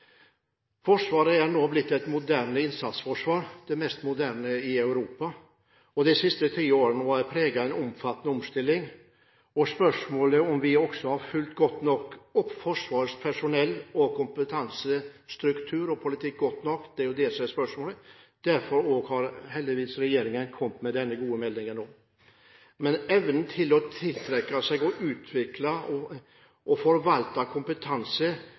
Forsvaret. Dermed kan kritisk kompetanse forsvinne ganske fort. Forsvaret er nå blitt et moderne innsatsforsvar, det mest moderne i Europa. Det siste tiåret er preget av omfattende omstilling. Spørsmålet er om vi har fulgt godt nok opp Forsvarets personell- og kompetansestruktur i politikken. Det er det som er spørsmålet. Derfor har heldigvis regjeringen kommet med denne gode meldingen nå. Evnen til å tiltrekke seg, utvikle og forvalte kompetanse